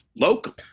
local